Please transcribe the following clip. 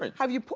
and have you,